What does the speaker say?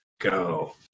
go